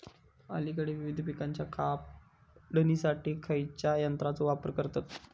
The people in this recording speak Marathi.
अलीकडे विविध पीकांच्या काढणीसाठी खयाच्या यंत्राचो वापर करतत?